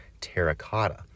terracotta